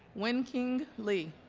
wenjing li